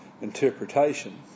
interpretation